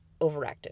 overactive